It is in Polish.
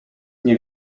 nie